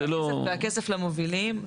והכסף למובילים?